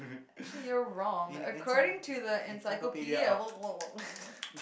actually you know wrong according to the encyclopedia